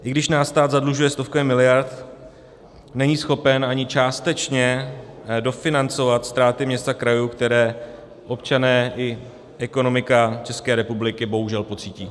I když nás stát zadlužuje stovkami miliard, není schopen ani částečně dofinancovat ztráty měst a krajů, které občané i ekonomika České republiky bohužel pocítí.